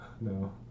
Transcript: No